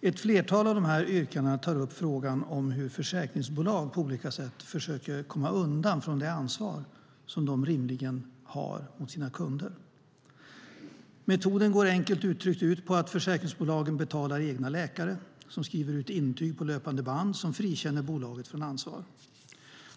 Ett flertal av de här yrkandena tar upp frågan om hur försäkringsbolag på olika sätt försöker komma undan från det ansvar som de rimligen har mot sina kunder. Metoden går enkelt uttryckt ut på att försäkringsbolagen betalar egna läkare som skriver ut intyg på löpande band som frikänner bolaget från ansvar.